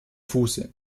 fuße